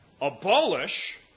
Abolish